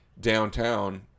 downtown